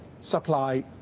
supply